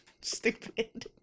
Stupid